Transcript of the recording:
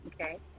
okay